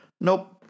Nope